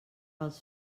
els